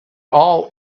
all